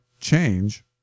change